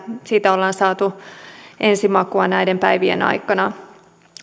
siitä ollaan saatu ensimakua näiden päivien aikana